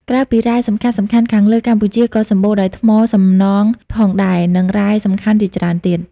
ក្រៅពីរ៉ែសំខាន់ៗខាងលើ កម្ពុជាក៏សម្បូរដោយ ថ្មសំណង់ផងដែរ និងរ៉ែសំខាន់ជាច្រើនទៀត។